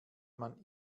man